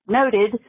noted